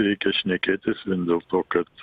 reikia šnekėtis vien dėl to kad